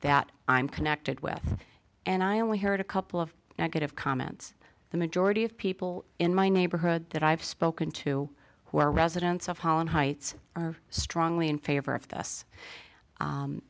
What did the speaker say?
that i'm connected with and i only heard a couple of negative comments the majority of people in my neighborhood that i've spoken to who are residents of holland heights are strongly in favor of this